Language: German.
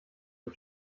dem